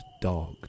dog